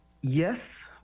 Yes